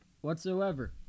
whatsoever